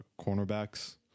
cornerbacks